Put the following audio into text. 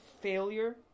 failure